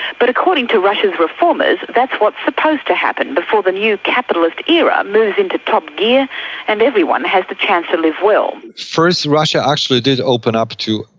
but according to russia's reformers, that's what's supposed to happen before the but new capitalist era moves into top gear and everyone has the chance to live well. first russia actually did open up to,